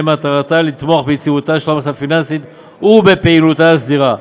שמטרתה לתמוך ביציבותה של המערכת הפיננסית ובפעילותה הסדירה,